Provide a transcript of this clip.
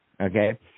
Okay